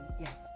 Yes